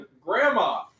grandma